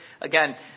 Again